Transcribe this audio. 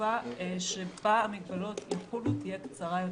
שהתקופה שבה המגבלות יחולו תהיה קצרה יותר.